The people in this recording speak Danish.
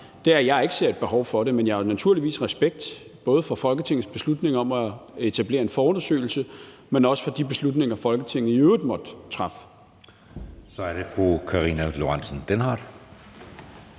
er, at jeg ikke ser et behov for det. Men jeg har naturligvis respekt både for Folketingets beslutning om at etablere en forundersøgelse, men også for de beslutninger, som Folketinget i øvrigt måtte træffe. Kl. 20:01 Anden næstformand